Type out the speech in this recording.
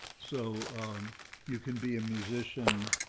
so you can be a musician,